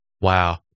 Wow